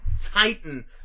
titan